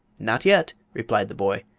not yet, replied the boy.